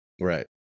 Right